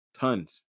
Tons